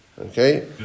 okay